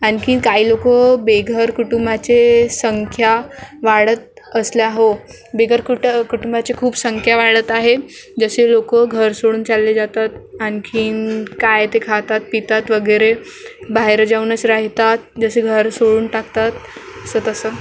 आणखीन काही लोकं बेघर कुटुंबाचे संख्या वाढत असल्या हो बेघर कुट कुटुंबाची खूप संख्या वाढत आहे जसे लोकं घर सोडून चालले जातात आणखीन काय ते खातात पितात वगैरे बाहेर जाऊनच राहतात जसे घर सोडून टाकतात असं तसं